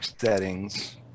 settings